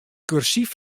kursyf